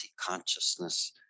consciousness